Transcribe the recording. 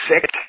sick